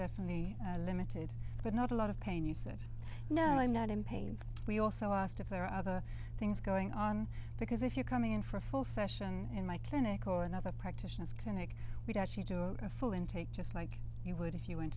definitely limited but not a lot of pain you said no i'm not in pain we also asked if there are other things going on because if you're coming in for a full session in my clinical another practitioners clinic would actually do a full intake just like you would if you went